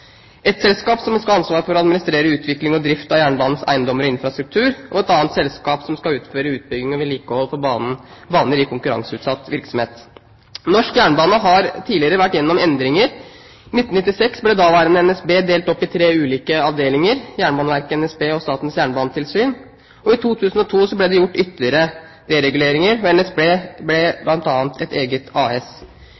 et selskap som skal ha ansvar for å administrere utvikling og drift av jernbanens eiendommer og infrastruktur, og et annet selskap som skal utføre utbygging og vedlikehold for baner i konkurranseutsatt virksomhet. Norsk jernbane har tidligere vært gjennom endringer. I 1996 ble daværende NSB delt opp i tre ulike avdelinger: Jernbaneverket, NSB og Statens jernbanetilsyn. I 2002 ble det gjort ytterligere dereguleringer, bl.a. ble NSB